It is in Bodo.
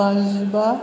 बाजिबा